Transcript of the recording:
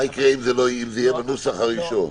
מה אם זה יישאר בנוסח הנוכחי?